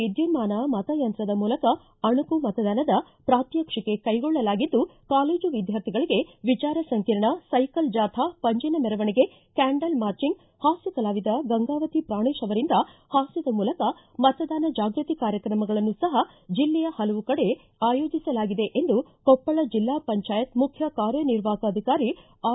ವಿದ್ದುನ್ನಾನ ಮತಯಂತ್ರದ ಮೂಲಕ ಅಣಕು ಮತದಾನದ ಪ್ರಾತ್ಪಟ್ಟಿಕೆ ಕೈಗೊಳ್ಳಲಾಗಿದ್ದು ಕಾಲೇಜು ವಿದ್ಯಾರ್ಥಿಗಳಿಗೆ ವಿಚಾರ ಸಂಕಿರಣ ಸೈಕಲ್ ಜಾಥಾ ಪಂಜಿನ ಮೆರವಣಿಗೆ ಕ್ಯಾಂಡಲ್ ಮಾರ್ಚಂಗ್ ಹಾಸ್ಕಕಲಾವಿದ ಗಂಗಾವತಿ ಪ್ರಾಣೇಶ್ ರವರಿಂದ ಹಾಸ್ಕದ ಮೂಲಕ ಮತದಾನ ಜಾಗೃತಿ ಕಾರ್ಯಕ್ರಮಗಳನ್ನು ಸಹ ಜಿಲ್ಲೆಯ ಹಲವು ಕಡೆ ಏರ್ಪಡಿಸಲಾಗಿದೆ ಎಂದು ಕೊಪ್ಪಳ ಜಿಲ್ಲಾ ಪಂಚಾಯತ್ ಮುಖ್ಯ ಕಾರ್ಯನಿರ್ವಾಹಕ ಅಧಿಕಾರಿ ಆರ್